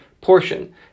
portion